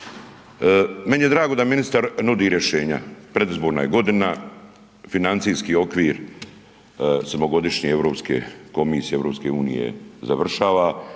Meni je drago da ministar nudi rješenja, predizborna je godina, financijski okvir zbog godišnje Europske komisije EU završava.